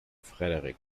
frederik